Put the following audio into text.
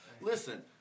Listen